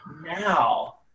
now